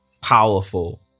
powerful